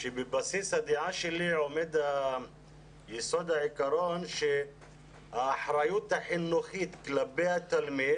כשבבסיס הדעה שלי עומד יסוד העיקרון שהאחריות החינוכית כלפי התלמיד